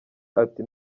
ati